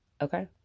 okay